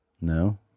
No